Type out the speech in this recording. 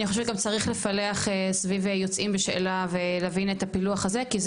אני חושבת שצריך לפלח גם סביב יוצאים בשאלה ולהבין את הפילוח הזה כי זה